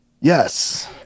yes